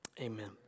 amen